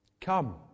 Come